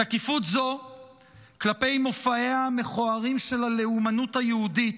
תקיפות זו כלפי מופעיה המכוערים של הלאומנות היהודית,